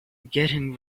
getting